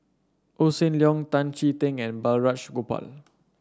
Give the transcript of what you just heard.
Hossan Leong Tan Chee Teck and Balraj Gopal